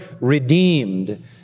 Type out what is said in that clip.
redeemed